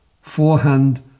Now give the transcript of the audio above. Forehand